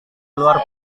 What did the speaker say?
luar